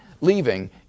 leaving